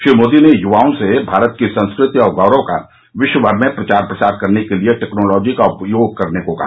श्री मोदी ने युवाओं से भारत की संस्कृति और गौरव का विश्वभर में प्रचार प्रसार करने के लिए टेक्नोलॉजी का उपयोग करने को कहा